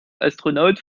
astronaut